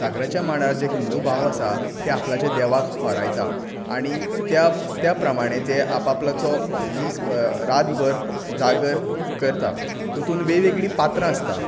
जागराच्या मांडार जे हिंदू भाव आसा ते आपल्याच्या देवाक होरायता आनी त्या प्रमाणे ते आप आपल्याचो दीस रातभर जागर करता तातूंत वेगवेगळीं पात्रां आसता